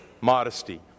modesty